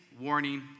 warning